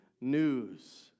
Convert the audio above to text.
news